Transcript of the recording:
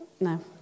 No